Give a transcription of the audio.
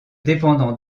dépendant